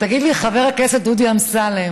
תגיד לי, חבר הכנסת דודי אמסלם,